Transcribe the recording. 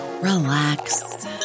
relax